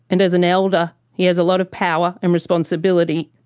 and as an elder he has a lot of power and responsibility.